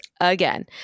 again